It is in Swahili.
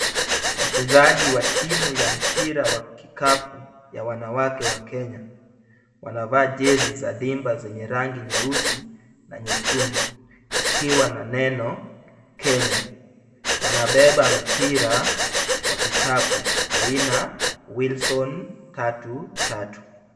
Wachezaji wa timu ya mpira wa kikapu ya wanawake wa Kenya. Wanavaa jezi za diba zenye rangi nyeusi na nyekundu ikiwa na neno Kenya. Wanabeba mipira wa kikapu aina Wilson 33.